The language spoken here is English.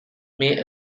may